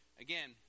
Again